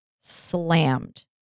slammed